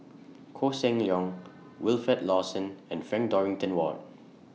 Koh Seng Leong Wilfed Lawson and Frank Dorrington Ward